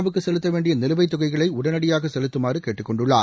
வுக்கு செலுத்த வேண்டிய நிலுவைத் தொகைகளை உடனடியாக செலுத்துமாறு கேட்டுக்கொண்டுள்ளார்